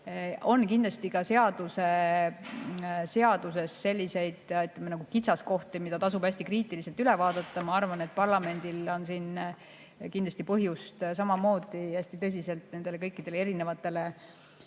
Kindlasti on ka seaduses selliseid, ütleme, kitsaskohti, mis tasub hästi kriitiliselt üle vaadata. Ma arvan, et parlamendil on kindlasti põhjust samamoodi hästi tõsiselt kõikidele nendele erinevatele